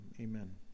Amen